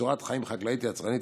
לצורת חיים חקלאית יצרנית,